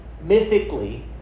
mythically